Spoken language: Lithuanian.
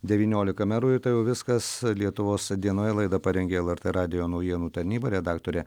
devyniolika merų ir tai jau viskas lietuvos dienoje laidą parengė lrt radijo naujienų tarnyba redaktorė